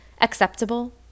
acceptable